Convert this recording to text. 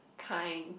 Kind